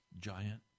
giant